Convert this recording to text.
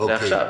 לעכשיו.